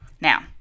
Now